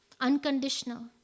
unconditional